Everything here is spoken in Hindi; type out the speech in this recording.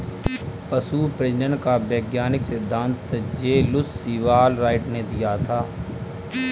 पशु प्रजनन का वैज्ञानिक सिद्धांत जे लुश सीवाल राइट ने दिया था